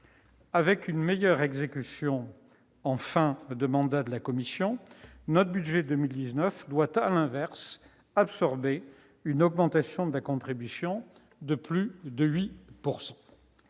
Avec une meilleure exécution en fin de mandat de la Commission, notre budget pour 2019 devra, à l'inverse, absorber une augmentation de la contribution au budget